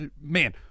Man